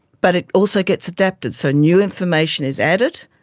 but it also gets adapted, so new information is added,